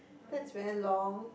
that's very long